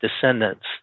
descendants